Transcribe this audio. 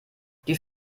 die